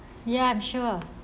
ya I'm sure